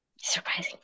Surprising